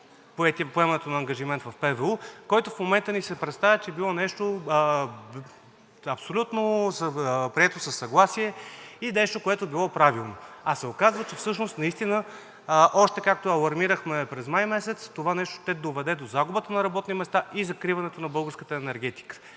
възстановяване и устойчивост, който в момента ни се представя, че било нещо абсолютно прието със съгласие и нещо, което е било правилно, а се оказва, че всъщност, както алармирахме през месец май, това нещо ще доведе до загубата на работни места и закриването на българската енергетика.